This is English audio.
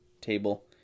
table